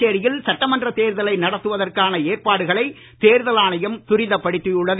புதுச்சேரியில் சட்டமன்றத் தேர்தலை நடத்துவதற்கான ஏற்பாடுகளை தேர்தல் ஆணையம் துரிதப்படுத்தியுள்ளது